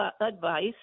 advice